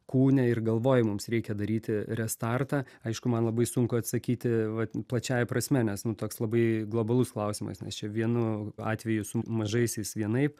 kūne ir galvoj mums reikia daryti restartą aišku man labai sunku atsakyti va plačiąja prasme nes toks labai globalus klausimas nes čia vienu atveju su mažaisiais vienaip